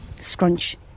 scrunch